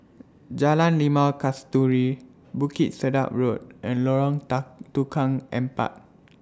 Jalan Limau Kasturi Bukit Sedap Road and Lorong Dark Tukang Empat